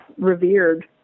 revered